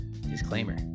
Disclaimer